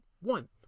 one